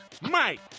Mike